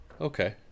Okay